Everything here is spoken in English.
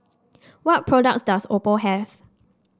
what products does Oppo have